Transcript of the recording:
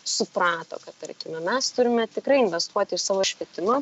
suprato kad tarkime mes turime tikrai investuoti į savo švietimą